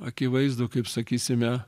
akivaizdų kaip sakysime